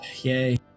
yay